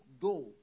go